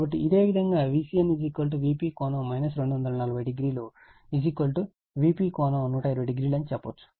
కాబట్టి ఇదే విధంగా Vcn Vp ∠ 2400 Vp ∠1200అని చెప్పవచ్చు